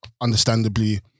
Understandably